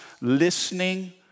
Listening